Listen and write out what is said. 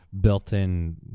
built-in